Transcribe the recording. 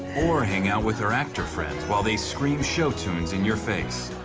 or hang out with her actor friends while they scream show tunes in your face.